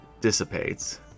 dissipates